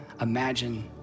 imagine